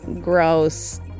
gross